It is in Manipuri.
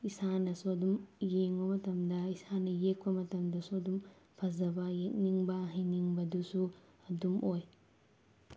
ꯏꯁꯥꯅꯁꯨ ꯑꯗꯨꯝ ꯌꯦꯡꯕ ꯃꯇꯝꯗ ꯏꯁꯥꯅ ꯌꯦꯛꯄ ꯃꯇꯝꯗꯁꯨ ꯑꯗꯨꯝ ꯐꯖꯕ ꯌꯦꯛꯅꯤꯡꯕ ꯍꯩꯅꯤꯡꯕꯗꯨꯁꯨ ꯑꯗꯨꯝ ꯑꯣꯏ